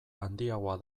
handiagoa